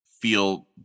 feel